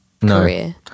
career